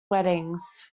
weddings